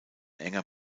enger